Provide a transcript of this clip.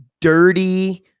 dirty